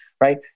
right